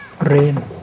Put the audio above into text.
rain